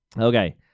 okay